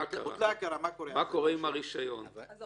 מה קורה עם הרישיון אם בוטלה ההכרה?